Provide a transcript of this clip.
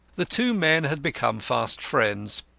the two men had become fast friends.